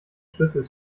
schlüssel